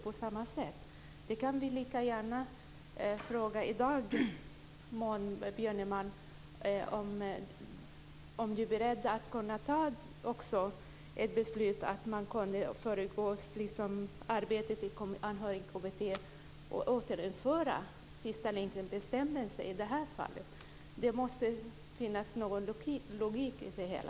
Vi kan lika gärna fråga Maud Björnemalm om hon i dag är beredd att också ta beslut om att föregripa arbetet i Anhörigkommittén och återinföra sista länkenbestämmelsen. Det måste finnas någon logik i det hela.